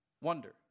Wonder